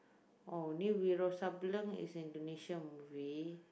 oh ni Wiro-Sableng is Indonesian movie